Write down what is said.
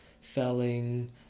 felling